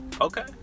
Okay